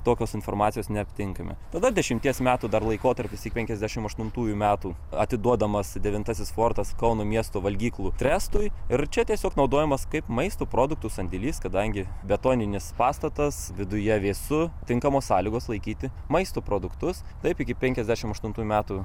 tokios informacijos neaptinkame tada dešimties metų dar laikotarpis iki penkiasdešimt aštuntųjų metų atiduodamas devintasis fortas kauno miesto valgyklų trestui ir čia tiesiog naudojamas kaip maisto produktų sandėlys kadangi betoninis pastatas viduje vėsu tinkamos sąlygos laikyti maisto produktus taip iki penkiasdešimt aštuntųjų metų